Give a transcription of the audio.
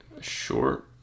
Short